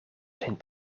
zijn